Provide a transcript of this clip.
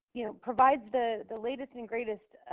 you know provides the the latest and greatest,